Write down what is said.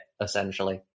essentially